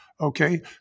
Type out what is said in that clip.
okay